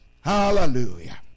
Hallelujah